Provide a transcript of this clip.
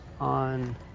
on